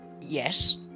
yes